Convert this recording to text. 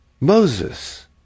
Moses